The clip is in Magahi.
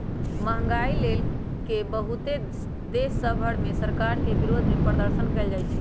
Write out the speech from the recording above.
महंगाई लए के बहुते देश सभ में सरकार के विरोधमें प्रदर्शन कएल जाइ छइ